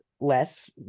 less